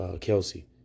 Kelsey